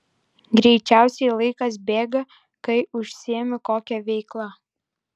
greičiausiai laikas bėga kai užsiimi kokia veikla